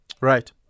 Right